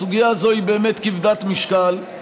הסוגיה הזאת היא באמת כבדת משקל.